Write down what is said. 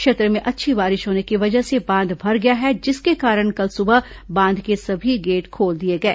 क्षेत्र में अच्छी बारिश होने की वजह से बांध भर गया है जिसके कारण कल सुबह बांध के सभी गेट खोल दिए गए